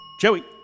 Joey